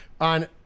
on